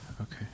okay